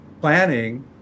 planning